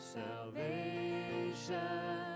salvation